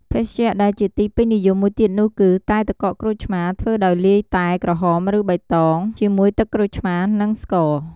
ភេសជ្ជៈដែលជាទីពេញនិយមមួយទៀតនោះគឺ តែទឹកកកក្រូចឆ្មា ធ្វើដោយលាយតែក្រហម ឬ បៃតង ជាមួយទឹកក្រូចឆ្មា និងស្ករ។